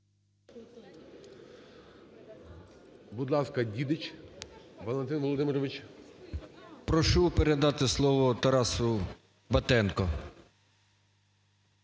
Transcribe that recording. Прошу передати слово Тарасу Батенко.